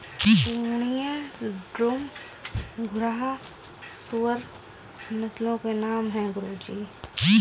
पूर्णिया, डूम, घुर्राह सूअर नस्लों के नाम है गुरु जी